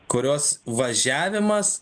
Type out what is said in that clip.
kurios važiavimas